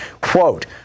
quote